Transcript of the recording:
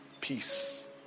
peace